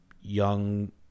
young